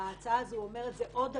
ההצעה הזאת אומרת עוד דבר: